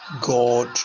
God